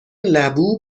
لبو